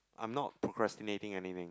I'm not procrastinating any name